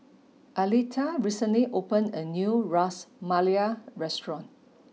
Aleta recently opened a new Ras Malai restaurant